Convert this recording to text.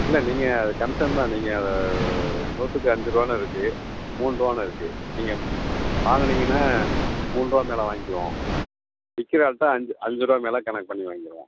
இல்லை நீங்கள் அது கமிஷன் தான் நீங்கள் அதை நூற்றுக்கு அஞ்சு ரூபான்னு இருக்குது மூணு ரூபான்னு இருக்குது நீங்கள் வாங்குனீங்கன்னா மூணு ரூபா மேலே வாங்கிக்குவோம் விற்கிற ஆள்கிட்ட அஞ் அஞ்சு ரூபா மேலே கணக்கு பண்ணி வாங்கிருவோம்